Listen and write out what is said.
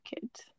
kids